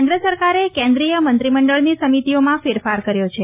કેન્દ્ર સરકારે કેન્દ્રીય મંત્રીમંડળની સમિતિઓમાં ફેરફાર કર્યો છે